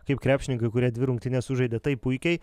kaip krepšininkai kurie dvi rungtynes sužaidė taip puikiai